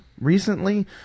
recently